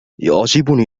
يعجبني